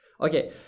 Okay